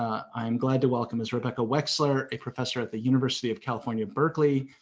i'm glad to welcome miss rebecca wexler, a professor at the university of california berkeley.